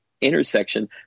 intersection